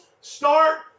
start